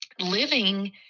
living